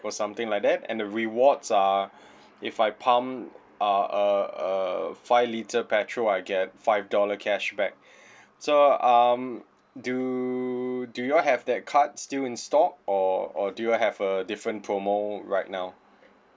or something like that and the rewards are if I pump uh a a five litre petrol I get five dollar cashback so um do do you all have that card still in stock or or do you have a different promo right now